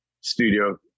studio